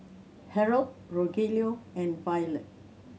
Harold Rogelio and Violette